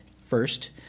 first